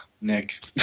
Nick